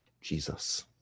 Jesus